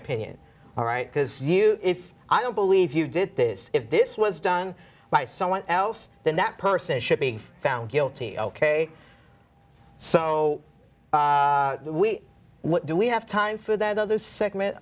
opinion all right because you if i don't believe you did this if this was done by someone else then that person should be found guilty ok so what do we have time for that other segment